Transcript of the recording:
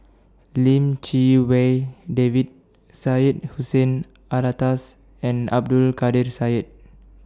Lim Chee Wai David Syed Hussein Alatas and Abdul Kadir Syed